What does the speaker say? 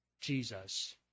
Jesus